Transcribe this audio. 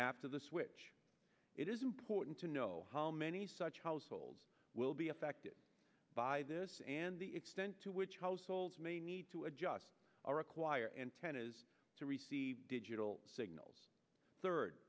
after the switch it is important to know how many such households will be affected by this and the extent to which households may need to adjust or require antennas to receive digital signals third